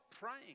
praying